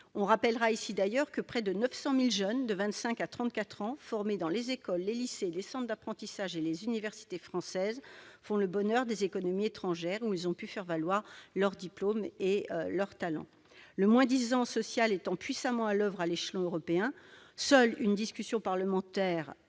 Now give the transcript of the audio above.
On rappellera ici que près de 900 000 jeunes de 25 à 34 ans, formés dans les écoles, les lycées, les centres d'apprentissage et les universités françaises, font le bonheur des économies étrangères où ils ont pu faire valoir leurs diplômes et leurs talents. Le moins-disant social étant puissamment à l'oeuvre à l'échelon européen, seule une discussion parlementaire